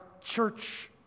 church